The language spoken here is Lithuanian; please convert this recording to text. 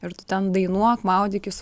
ir tu ten dainuok maudykis